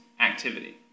activity